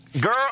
girl